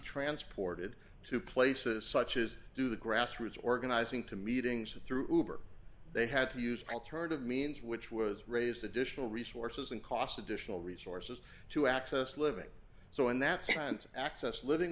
transported to places such as do the grassroots organizing to meetings through they had to use alternative means which was raised additional resources and cost additional resources to access living so in that sense access living